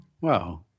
Wow